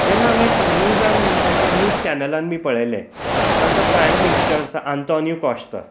जेन्ना हांवेन न्यूजान तांचे न्यूज चॅनलान बी पळयलें तांचो प्रायम मिनीस्टर आसा आंतोन्यू काॅश्ता